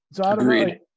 Agreed